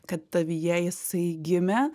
kad tavyje jisai gimė